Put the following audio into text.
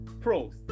pros